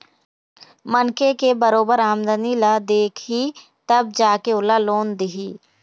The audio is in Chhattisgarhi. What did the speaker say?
मनखे के बरोबर आमदनी ल देखही तब जा के ओला लोन दिही